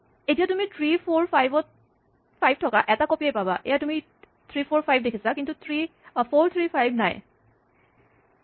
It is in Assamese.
এতিয়া তুমি থ্ৰী ফ'ৰ ফাইভ থকা এটা কপি য়েই পাবা এয়া তুমি ৩ ৪ ৫ দেখিছা কিন্তু ৪ ৩ ৫ নাই দেখা